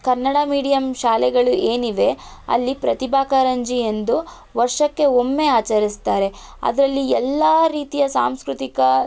Kannada medium ಶಾಲೆಗಳು ಏನಿವೆ ಅಲ್ಲಿ ಪ್ರತಿಭಾ ಕಾರಂಜಿ ಎಂದು ವರ್ಷಕ್ಕೆ ಒಮ್ಮೆ ಆಚರಿಸ್ತಾರೆ ಅದರಲ್ಲಿ ಎಲ್ಲ ರೀತಿಯ ಸಾಂಸ್ಕೃತಿಕ